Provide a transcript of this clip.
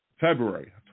February